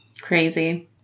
Crazy